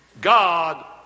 God